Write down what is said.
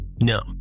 No